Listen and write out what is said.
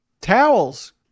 towels